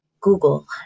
Google